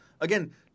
Again –